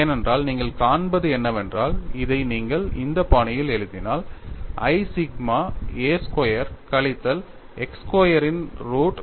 ஏனென்றால் நீங்கள் காண்பது என்னவென்றால் இதை நீங்கள் இந்த பாணியில் எழுதினால் i சிக்மா a ஸ்கொயர் கழித்தல் x ஸ்கொயரின் ரூட்